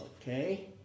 Okay